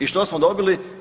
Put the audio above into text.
I što smo dobili?